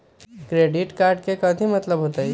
Credit card के मतलब कथी होई?